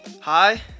Hi